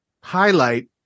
highlight